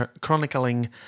Chronicling